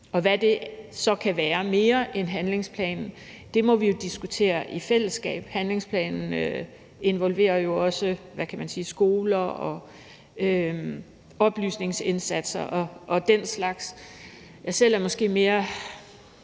Og hvad det så kan være mere end handlingsplanen, må vi jo diskutere i fællesskab. Handlingsplanen involverer jo også skoler og oplysningsindsatser og den slags. Selv er jeg måske mere